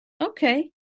Okay